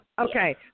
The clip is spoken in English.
Okay